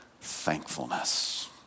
thankfulness